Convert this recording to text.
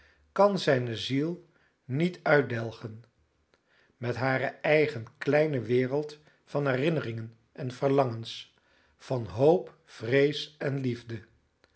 kan zijne ziel niet uitdelgen met hare eigen kleine wereld van herinneringen en verlangens van hoop vrees en liefde